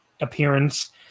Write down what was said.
appearance